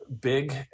big